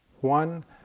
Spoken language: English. one